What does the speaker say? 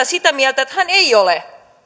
sitä mieltä että hän ei ole